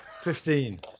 Fifteen